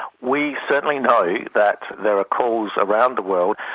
we certainly know that there are calls around the world,